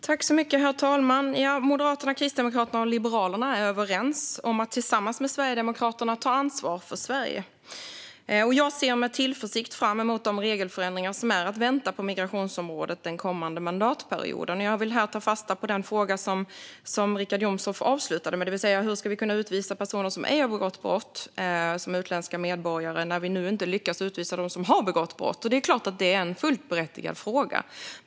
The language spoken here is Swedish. Herr talman! Moderaterna, Kristdemokraterna och Liberalerna är överens om att tillsammans med Sverigedemokraterna ta ansvar för Sverige. Jag ser med tillförsikt fram emot de regelförändringar som är att vänta på migrationsområdet den kommande mandatperioden. Jag vill ta fasta på den fråga som Richard Jomshof avslutade med, det vill säga hur vi ska kunna utvisa utländska medborgare som ej har begått brott när vi nu inte lyckas utvisa dem som har begått brott. Det är en fullt berättigad fråga.